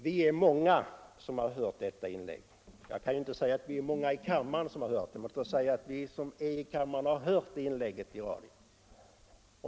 Vi är många som har hört detta inlägg, inte här i kammaren, men låt mig säga att vi som är här i kammaren har hört det inlägget i radio.